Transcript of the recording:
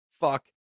fuck